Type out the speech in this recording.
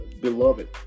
Beloved